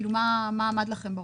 מה היה לכם בראש?